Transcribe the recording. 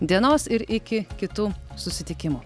dienos ir iki kitų susitikimų